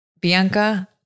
Bianca